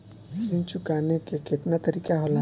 ऋण चुकाने के केतना तरीका होला?